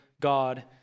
God